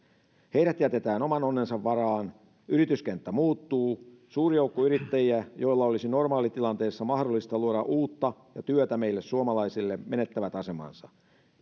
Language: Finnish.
heidät jätetään oman onnensa varaan yrityskenttä muuttuu suuri joukko yrittäjiä joilla olisi normaalitilanteessa mahdollista luoda uutta ja työtä meille suomalaisille menettää asemansa